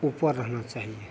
ऊपर रहना चाहिए